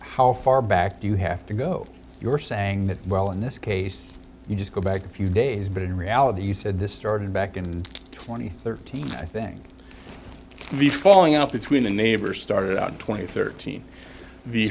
how far back do you have to go you're saying that well in this case you just go back a few days but in reality you said this started back in twenty thirty i think the falling out between the neighbor started out twenty thirteen